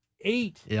eight